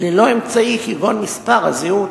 ללא אמצעי כגון מספר הזהות.